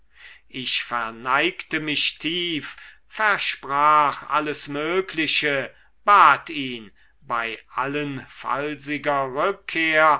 ich verneigte mich tief versprach alles mögliche bat ihn bei allenfallsiger rückkehr